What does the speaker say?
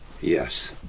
Yes